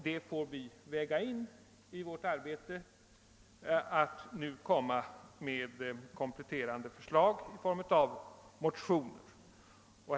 Det får vi väga in i vårt arbete att nu framlägga kompletterande förslag i form av motioner.